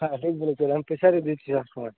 হ্যাঁ ঠিক বলেছেন আমি প্রেশারই দিচ্ছি সবসময়